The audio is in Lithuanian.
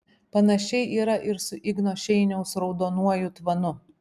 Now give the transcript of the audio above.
panašiai yra ir su igno šeiniaus raudonuoju tvanu